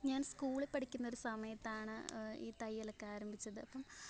ഞാൻ സ്കൂളിൽ പഠിക്കുന്ന ഒരു സമയത്താണ് ഈ തയ്യലൊക്കെ ആരംഭിച്ചത് അപ്പം